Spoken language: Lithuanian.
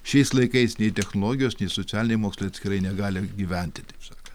šiais laikais nei technologijos nei socialiniai mokslai atskirai negali gyventi taip saka